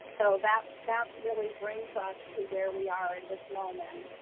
so that that really brings us to where we are at this moment,